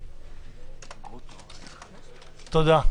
תודה.